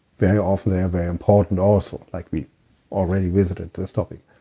very often they are very important also like we already visited this topic.